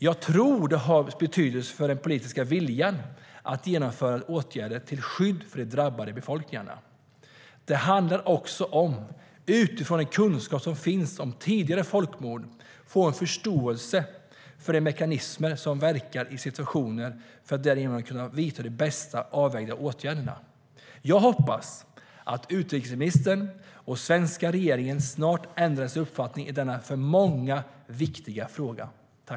Jag tror att det har betydelse för den politiska viljan att vidta åtgärder till skydd för de drabbade befolkningarna. Det handlar också om, utifrån den kunskap som finns om tidigare folkmord, att få en förståelse för de mekanismer som verkar i situationen för att därigenom kunna vidta de bäst avvägda åtgärderna. Jag hoppas att utrikesministern och svenska regeringen snart ändrar uppfattning i denna för många viktiga fråga.